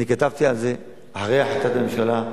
כתבתי על זה אחרי החלטת הממשלה,